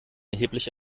erheblich